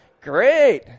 Great